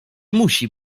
musi